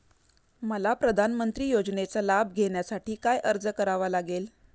मला प्रधानमंत्री योजनेचा लाभ घेण्यासाठी काय अर्ज करावा लागेल?